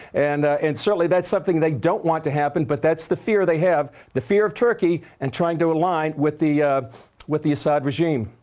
and and certainly that's something they don't want to happen, but that's the fear they have. the fear of turkey, and trying to align with the with the al-assad regime.